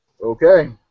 Okay